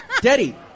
Daddy